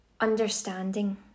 understanding